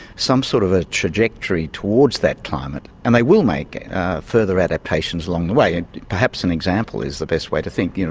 some sort of a trajectory towards that climate, and they will make further adaptations along the way. and perhaps an example is the best way to think, you know